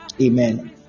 Amen